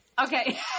Okay